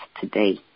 today